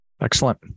Excellent